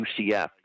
UCF